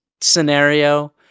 scenario